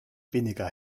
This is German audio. weniger